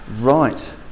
Right